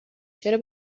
چرا